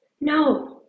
No